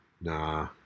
Nah